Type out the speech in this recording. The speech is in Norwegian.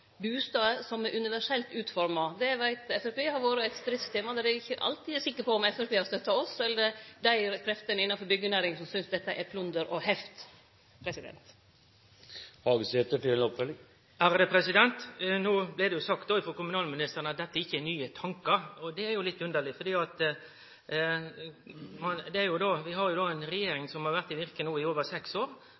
som er universelt utforma. Det veit Framstegspartiet har vore eit stridstema, men det er ikkje alltid eg er sikker på om Framstegspartiet har støtta oss eller dei kreftene innanfor byggjenæringa som synest dette er plunder og heft. No blei det sagt frå kommunalministeren at dette ikkje er nye tankar. Det er litt underleg, for vi har jo ei regjering som har vore i virke i over seks år.